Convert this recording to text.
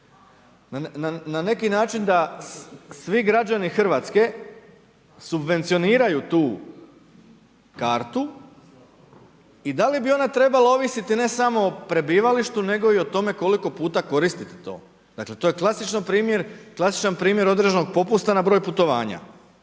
na neki način, da svi građani Hrvatske, subvencioniraju tu kartu i da li bi ona trebala ovisiti, ne samo o prebivalištu, nego i o tome koliko puta koristiti to. To je klasičan primjer određenog popusta na broj putovanja.